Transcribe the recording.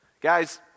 Guys